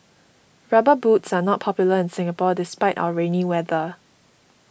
rubber boots are not popular in Singapore despite our rainy weather